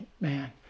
man